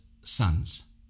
sons